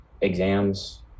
exams